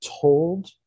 told